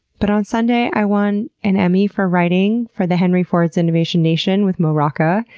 but on sunday i won an emmy for writing for the henry ford's innovation nation with mo rocca.